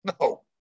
No